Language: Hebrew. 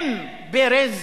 עם ברז,